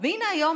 והינה היום,